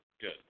good